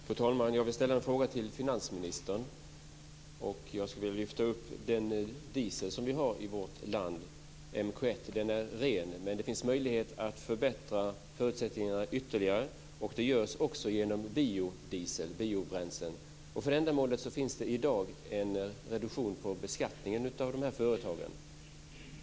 Fru talman! Jag vill ställa en fråga till finansministern. Jag skulle vilja lyfta fram den diesel som vi har i vårt land, MK 1. Den är ren, men det finns möjlighet att förbättra förutsättningarna ytterligare. Det görs också genom biodiesel och biobränslen. För det ändamålet finns det i dag en reduktion på beskattningen av dessa företag.